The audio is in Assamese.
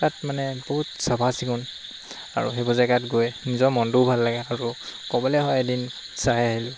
তাত মানে বহুত চাফা চিকুণ আৰু সেইবোৰ জেগাত গৈ নিজৰ মনটোও ভাল লাগে আৰু ক'বলৈ হয় এদিন যাই আহিলোঁ